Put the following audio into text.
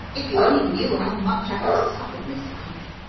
if you only knew how much i have suffered, mr. cleek.